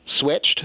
switched